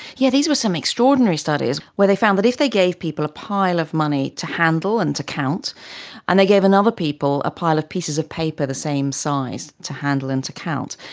yeah these were some extraordinary studies where they found that if they gave people a pile of money to handle and to count and they gave and other people a pile of pieces of paper the same size to handle and to count,